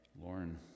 lauren